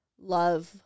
love